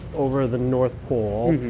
over the north pole.